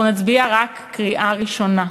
אנחנו נצביע רק בקריאה ראשונה.